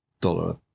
dollar